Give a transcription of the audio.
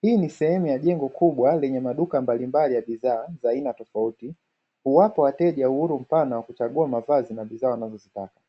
hii ni sehemu ya jengo kubwa lenye maduka mbalimbali ya bidhaa za aina tofauti huwapa wateja uhuru mpana wa kuchagua mavazi na bidhaa wanazozitaka.